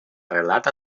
arrelat